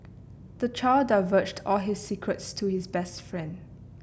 the child divulged all his secrets to his best friend